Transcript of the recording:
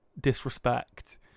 disrespect